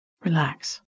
Relax